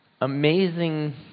amazing